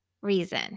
reason